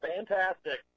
Fantastic